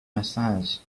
massage